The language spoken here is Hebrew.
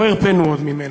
לא הרפינו עוד ממנה".